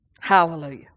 Hallelujah